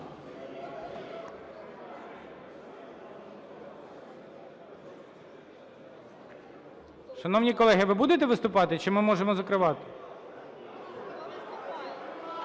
Шановні колеги, ви будете виступати чи ми можемо закривати?